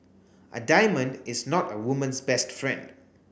a diamond is not a woman's best friend